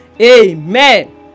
Amen